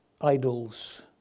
idols